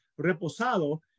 reposado